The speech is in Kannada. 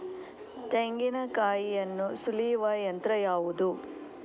ತೆಂಗಿನಕಾಯಿಯನ್ನು ಸುಲಿಯುವ ಯಂತ್ರ ಯಾವುದು?